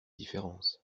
différences